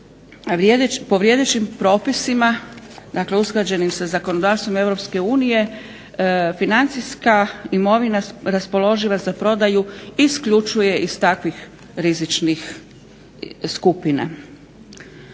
po vrijedećim propisima, dakle usklađenim sa zakonodavstvom Europske unije financijska imovina raspoloživa za prodaju isključuje iz takvih rizičnih skupina.